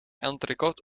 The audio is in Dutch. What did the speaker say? entrecote